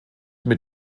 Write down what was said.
mit